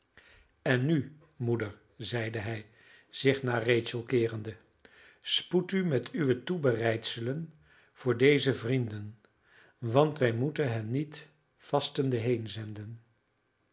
en nu moeder zeide hij zich naar rachel keerende spoed u met uwe toebereidselen voor deze vrienden want wij moeten hen niet vastende